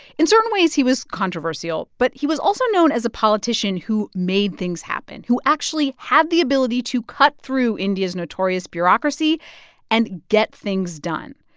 in certain ways, he was controversial. but he was also known as a politician who made things happen, who actually had the ability to cut through india's notorious bureaucracy and get things done.